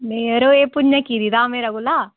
नेईं जरो एह् भु'ञां किरी दा हा मेरे कोला